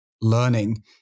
learning